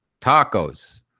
tacos